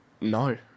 No